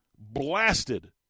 blasted